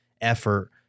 effort